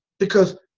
because,